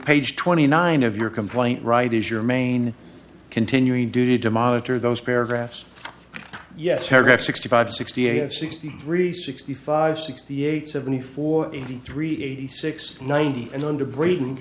page twenty nine of your complaint right is your main continuing duty to monitor those paragraphs yes paragraphs sixty five sixty eight of sixty three sixty five sixty eight seventy four eighty three eighty six ninety and under br